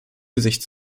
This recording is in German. gesicht